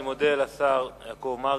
אני מודה לשר יעקב מרגי.